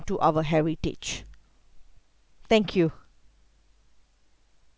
to our heritage thank you